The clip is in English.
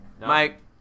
Mike